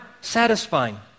satisfying